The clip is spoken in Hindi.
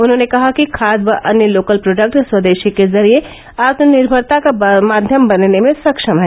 उन्होंने कहा कि खाद व अन्य लोकल प्रोडक्ट स्वदेशी के जरिये आत्मनिर्भरता का माध्यम बनने में सक्षम हैं